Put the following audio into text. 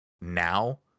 now